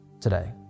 today